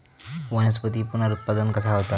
वनस्पतीत पुनरुत्पादन कसा होता?